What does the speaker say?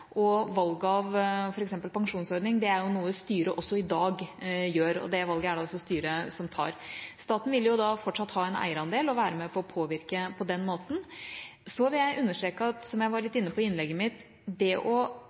det valget er det altså styret som tar. Staten vil fortsatt ha en eierandel og være med på å påvirke på den måten. Så vil jeg understreke, som jeg var litt inne på i innlegget mitt, at det